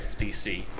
DC